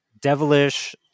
devilish